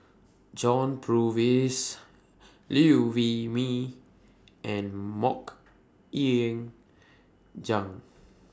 John Purvis Liew Wee Mee and Mok Ying Jang